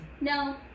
No